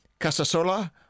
Casasola